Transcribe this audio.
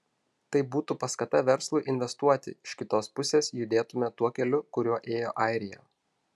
tai būtų paskata verslui investuoti iš kitos pusės judėtumėme tuo keliu kuriuo ėjo airija